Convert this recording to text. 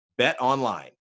BetOnline